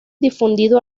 difundido